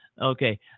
Okay